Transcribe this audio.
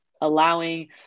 allowing